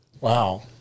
Wow